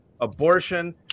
abortion